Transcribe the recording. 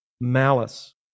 malice